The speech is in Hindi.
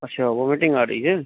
अच्छा वोमिटिंग आ रही है